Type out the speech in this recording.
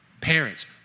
Parents